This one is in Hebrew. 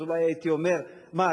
אז אולי הייתי אומר: מה,